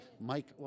Mike